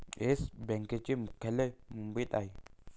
yes बँकेचे मुख्यालय मुंबईत आहे